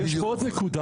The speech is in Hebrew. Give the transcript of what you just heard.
יש פה עוד נקודה.